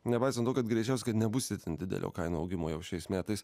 nepaisant to kad greičiausiai nebus itin didelio kainų augimo jau šiais metais